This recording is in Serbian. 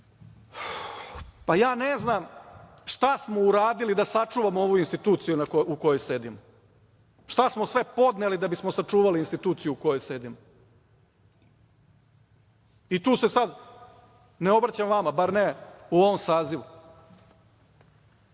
Pa, ja ne znam šta smo uradili da sačuvamo ovu instituciju u kojoj sedimo. Šta smo sve podneli da bismo sačuvali instituciju u kojoj sedimo. Tu se sada ne obraćam vama, bar ne u ovom sazivu.